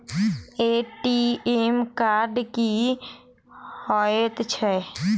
ATM card की हएत छै?